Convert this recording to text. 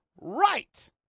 right